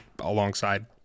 alongside